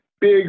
big